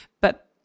But-